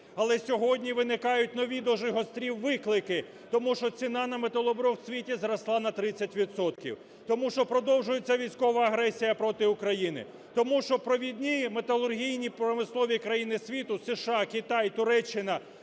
Але сьогодні виникають нові дуже гострі виклики. Тому що ціна на металобрухт в світі зросла на 30 відсотків. Тому що продовжується військова агресія проти України. Тому що провідні металургійні промислові країни світу – США, Китай, Туреччина